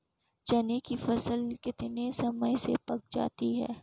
चने की फसल कितने समय में पक जाती है?